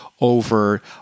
Over